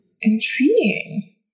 Intriguing